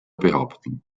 behaupten